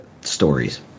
stories